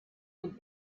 would